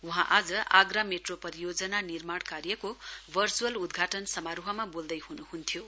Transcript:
वहाँ आज आग्रा मेट्रो परियोजना निर्माण कार्यको भर्चअल उद्घाटन समारोहमा बोल्दै हुनुहन्थ्यो